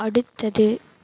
அடுத்தது